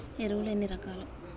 ఎరువులు ఎన్ని రకాలు?